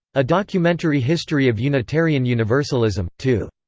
a documentary history of unitarian universalism. two.